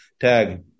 tag